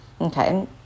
okay